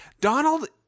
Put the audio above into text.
Donald